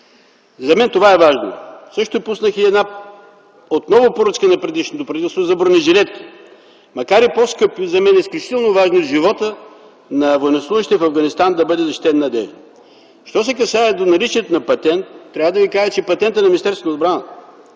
за мен това е важно. Пуснах също още една поръчка на предишното правителство – за бронежилетки. Макар и по-скъпи, за мен е изключително важно животът на военнослужещите в Афганистан да бъде защитен надеждно. Що се касае до наличието на патент, трябва да Ви кажа, че патентът е на Министерството на отбраната.